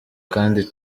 kandi